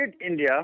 India